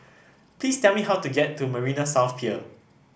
please tell me how to get to Marina South Pier